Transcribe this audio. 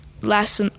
last